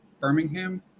Birmingham